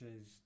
is-